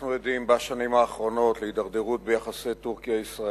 אנחנו עדים בשנים האחרונות להידרדרות ביחסי טורקיה ישראל,